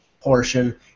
portion